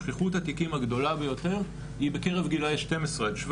שכיחות התיקים הגדולה ביותר היא בקרב גילאי 12 עד 17